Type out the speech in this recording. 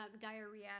diarrhea